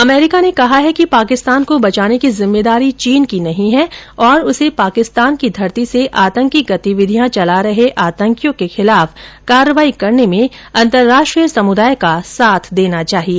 अमरीका ने कहा है कि पाकिस्तान को बचाने की जिम्मेदारी चीन की नहीं है और उसे पाकिस्तान की धरती से आतंकी गतिविधियां चला रहे आतंकियों के खिलाफ कार्रवाई करने में अंतर्राष्ट्रीय समुदाय का साथ देना चाहिए